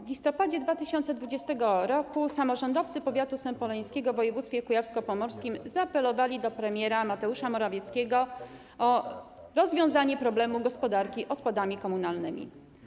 W listopadzie 2020 r. samorządowcy powiatu sępoleńskiego w województwie kujawsko-pomorskim zaapelowali do premiera Mateusza Morawieckiego o rozwiązanie problemu gospodarki odpadami komunalnymi.